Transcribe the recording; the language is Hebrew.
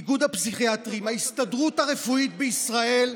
איגוד הפסיכיאטרים, ההסתדרות הרפואית בישראל,